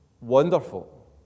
wonderful